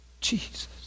Jesus